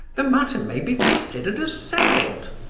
the matter may be considered as settled,